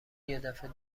یدفعه